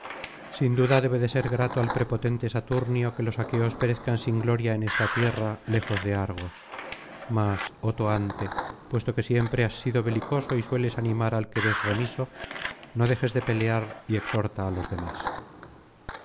sin duda debe de ser grato al prepotente saturnio que los aqueos perezcan sin gloria en íí'í tierra lejos de argos mas oh toante puesto que siempre has sido belicoso y sueles animar al que ves remiso no dejes de pelear y exhorta á los demás